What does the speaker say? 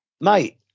Mate